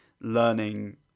learning